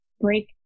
break